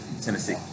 Tennessee